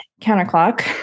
counterclock